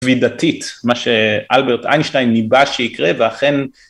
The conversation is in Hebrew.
כבידתית מה שאלברט איינשטיין ניבא שיקרה ואכן